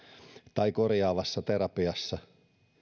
tai korjaavassa terapiassa